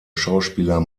schauspieler